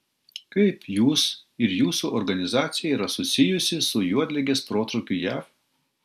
kaip jūs ir jūsų organizacija yra susijusi su juodligės protrūkiu jav